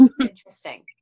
Interesting